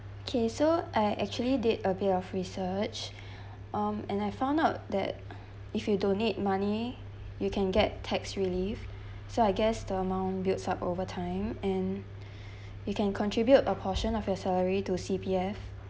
okay so I actually did a bit of research um and I found out that if you donate money you can get tax relief so I guess the amount builds up over time and you can contribute a portion of your salary to C_P_F